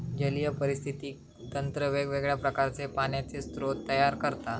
जलीय पारिस्थितिकी तंत्र वेगवेगळ्या प्रकारचे पाण्याचे स्रोत तयार करता